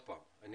לחייל.